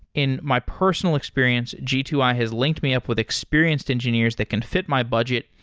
in my personal experience, g two i has linked me up with experienced engineers that can fit my budget,